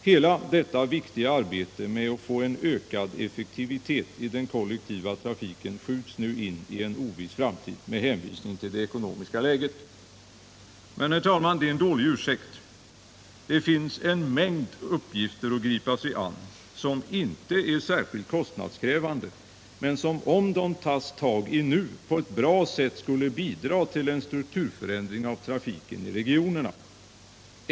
Hela detta viktiga arbete med att få en ökad effektivitet i den kollektiva trafiken skjuts nu in i en oviss framtid med hänvisning till det ekonomiska läget. Men, herr talman, det är en dålig ursäkt. Det finns en mängd uppgifter att gripa sig an, som inte är särskilt kostnadskrävande men som — om de löses nu — på ett bra sätt skulle bidra till en strukturförändring av trafiken i regionerna.